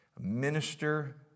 minister